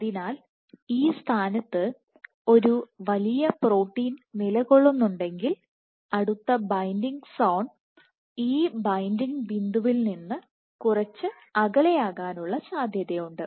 അതിനാൽ ഈ സ്ഥാനത്ത് ഒരു വലിയ പ്രോട്ടീൻ നിലകൊള്ളുന്നുണ്ടെങ്കിൽ അടുത്ത ബൈൻഡിംഗ് സോൺ ഈ ബൈൻഡിംഗ് ബിന്ദുവിൽ നിന്ന് കുറച്ച് അകലെയാകാനുള്ള സാധ്യതയുണ്ട്